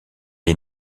est